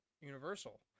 Universal